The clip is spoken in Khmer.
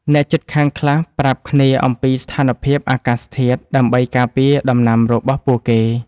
អ្នកជិតខាងខ្លះប្រាប់គ្នាអំពីស្ថានភាពអាកាសធាតុដើម្បីការពារដំណាំរបស់ពួកគេ។